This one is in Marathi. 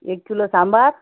एक किलो सांबार